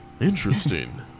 Interesting